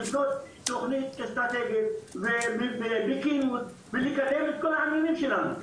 אני מבקש לבנות תוכנית אסטרטגית ולקדם את כל העניינים שלנו,